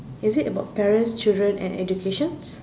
is it about parents children and education